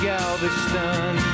Galveston